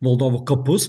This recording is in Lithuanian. valdovų kapus